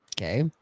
okay